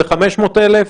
זה 500,000?